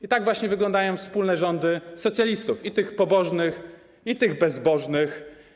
I tak właśnie wyglądają wspólne rządy socjalistów, i tych pobożnych, i tych bezbożnych.